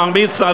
מר מצנע,